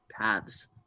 paths